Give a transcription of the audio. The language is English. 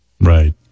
right